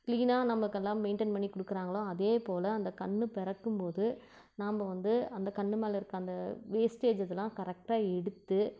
கிளீனாக நமக்கெல்லாம் மெயின்டைன் பண்ணி கொடுக்கறாங்களோ அதே போல் அந்த கன்று பிறக்கும் போது நாம் வந்து அந்த கன்று மேல் இருக்க அந்த வேஸ்டேஜ் இதலாம் கரெக்டாக எடுத்து